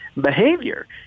behavior